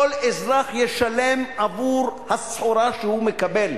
כל אזרח ישלם עבור הסחורה שהוא מקבל,